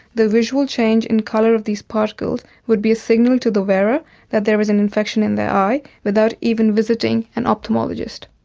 the visual change in colour of these particles would be a signal to the wearer that there is an infection in their eye, without even visiting an ophthalmologist.